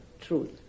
truth